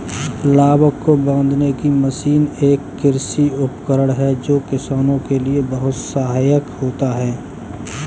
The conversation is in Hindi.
लावक को बांधने की मशीन एक कृषि उपकरण है जो किसानों के लिए बहुत सहायक होता है